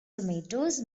tomatoes